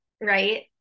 right